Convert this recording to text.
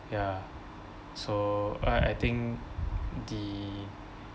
ya so I I think the